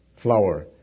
flour